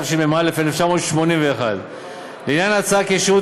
התשמ"א 1981. לעניין ההצעה שהשירות